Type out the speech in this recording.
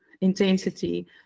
intensity